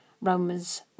Romans